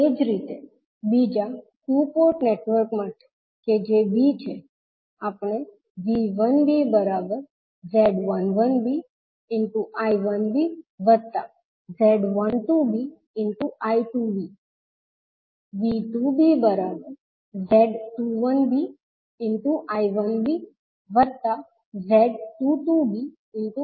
એ જ રીતે બીજા ટુ પોર્ટ નેટવર્ક માટે કે જે b છે આપણે V1bZ11bI1bZ12bI2b V2bZ21bI1bZ22bI2bલખી શકીએ છીએ